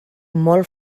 molt